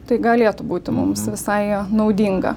tai galėtų būti mums visai naudinga